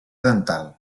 dental